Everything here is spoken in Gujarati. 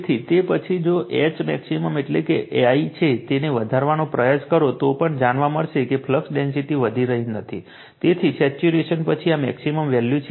તેથી તે પછી પણ જો Hmax એટલે કે I છે તેને વધારવાનો પ્રયાસ કરો તો પણ જાણવા મળશે કે ફ્લક્સ ડેન્સિટી વધી રહી નથી તેથી સેચ્યુરેશન પછી આ મેક્સિમમ વેલ્યુ છે